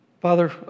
Father